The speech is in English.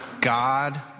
God